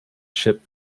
chip